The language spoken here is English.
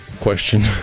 question